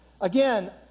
Again